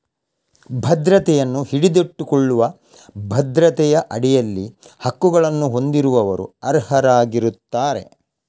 ಭದ್ರತೆಯನ್ನು ಹಿಡಿದಿಟ್ಟುಕೊಳ್ಳುವ ಭದ್ರತೆಯ ಅಡಿಯಲ್ಲಿ ಹಕ್ಕುಗಳನ್ನು ಹೊಂದಿರುವವರು ಅರ್ಹರಾಗಿರುತ್ತಾರೆ